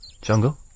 jungle